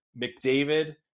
McDavid